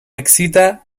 excita